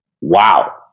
Wow